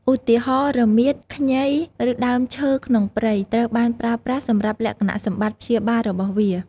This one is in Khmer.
ឧទាហរណ៍៖ រមៀត ខ្ញី ឬដើមឈើក្នុងព្រៃ ត្រូវបានប្រើប្រាស់សម្រាប់លក្ខណៈសម្បត្តិព្យាបាលរបស់វា។